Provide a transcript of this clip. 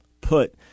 put